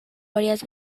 varias